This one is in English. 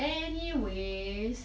anyways